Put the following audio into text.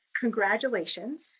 congratulations